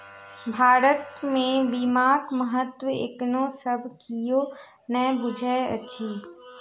भारत मे बीमाक महत्व एखनो सब कियो नै बुझैत अछि